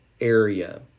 area